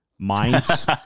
Minds